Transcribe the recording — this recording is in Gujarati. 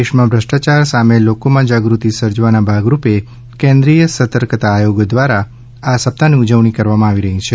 દેશમાં ભ્રષ્ટાયાર સામે લોકોમાં જાગૃતિ સર્જવાના ભાગ રૂપે કેન્દ્રીય સતર્કતા આયોગ દ્વારા આ સપ્તાહની ઉજવણી કરવામાં આવી રહી છે